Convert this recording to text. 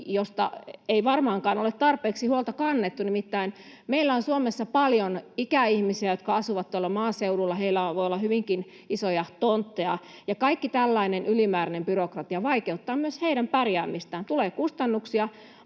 josta ei varmaankaan ole tarpeeksi huolta kannettu. Nimittäin meillä on Suomessa paljon ikäihmisiä, jotka asuvat tuolla maaseudulla, heillä voi olla hyvinkin isoja tontteja, ja kaikki tällainen ylimääräinen byrokratia vaikeuttaa myös heidän pärjäämistään: tulee kustannuksia